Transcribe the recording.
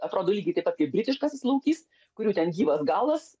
atrodo lygiai taip pat kaip britiškasis laukys kurių ten gyvas galas